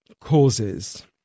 causes